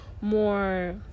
more